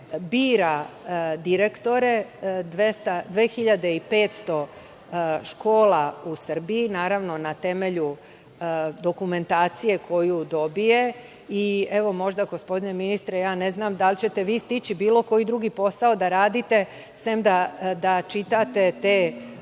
bira direktore 2.500 škola u Srbiji, naravno na temelju dokumentacije koju dobije. Možda, gospodine ministre, ne znam da li ćete stići bilo koji drugi posao da radite, osim da čitate tu dokumentaciju